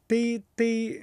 tai tai